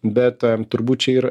bet turbūt čia ir